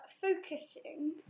focusing